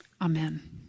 amen